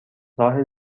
راه